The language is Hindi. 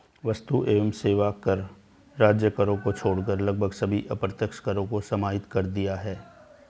वस्तु एवं सेवा कर राज्य करों को छोड़कर लगभग सभी अप्रत्यक्ष करों को समाहित कर दिया है